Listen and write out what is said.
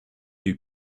you